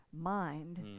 mind